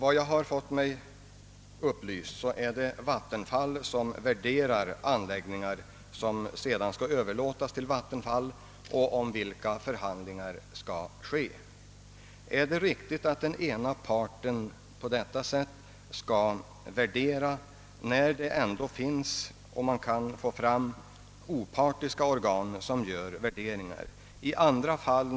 Enligt vad som upplysts mig är det Vattenfall självt som värderar anläggningar vilka sedan skall överlåtas till Vattenfall och om vilka förhandlingar skall ske, Är det riktigt att den ena parten skall göra sådana värderingar när det finns tillgång till opartiska organ, som kan företa värderingarna?